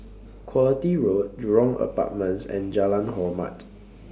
Quality Road Jurong Apartments and Jalan Hormat